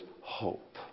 hope